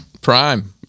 Prime